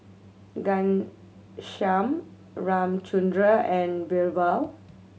Ghanshyam Ramchundra and Birbal